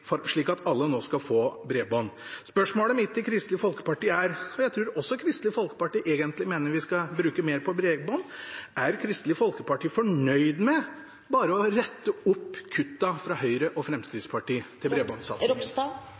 bredbåndsutbygging, slik at alle nå skal få bredbånd. Spørsmålet mitt til Kristelig Folkeparti er, for jeg tror også Kristelig Folkeparti egentlig mener vi skal bruke mer på bredbånd: Er Kristelig Folkeparti fornøyd med bare å rette opp kuttene fra Høyre og Fremskrittspartiet